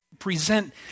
present